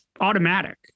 automatic